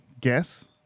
guess